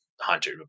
hunter